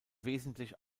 wesentlich